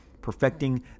perfecting